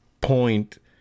point